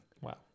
wow